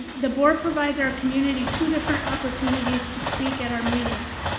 the board provides our community two different opportunities to speak at our meetings.